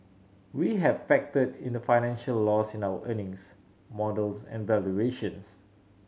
we have factored in the financial loss in our earnings model and valuations